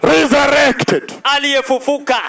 Resurrected